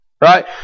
right